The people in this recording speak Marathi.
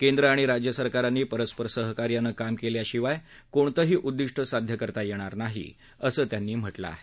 केंद्र आणि राज्य सरकारांनी परस्पर सहकार्यानं काम केल्याशिवाय कोणतंही उद्दिष्ट साध्य करता येणार नाही असं त्यांनी म्हटलं आहे